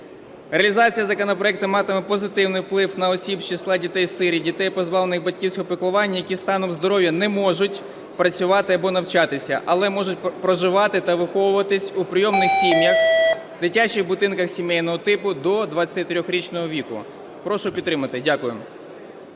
Реалізація законопроекту матиме позитивний вплив на осіб з числа дітей-сиріт, дітей, позбавлених батьківського піклування, які за станом здоров'я не можуть працювати або навчатися, але можуть проживати та виховуватись у прийомних сім'ях, дитячих будинках сімейного типу до 23-річного віку. Прошу підтримати. Дякую.